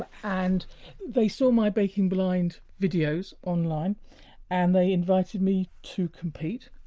ah and they saw my baking blind videos online and they invited me to compete.